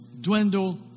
dwindle